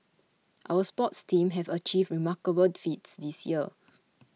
our sports teams have achieved remarkable feats this year